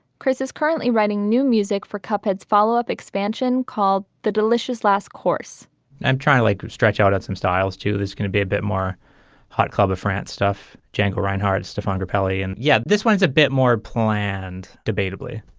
chris is currently writing new music for cup heads follow up expansion called the delicious last course i'm trying to like stretch out, add some styles to this. gonna be a bit more hot club of france stuff. django reinhart, stefon grappelli and yeah, this one's a bit more planned debatably,